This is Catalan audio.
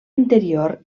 interior